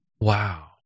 Wow